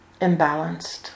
imbalanced